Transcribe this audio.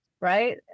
right